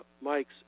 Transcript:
Mike's